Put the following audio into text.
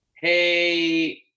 hey